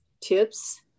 tips